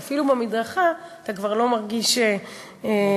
שאפילו במדרכה אתה כבר לא מרגיש בטוח.